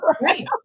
right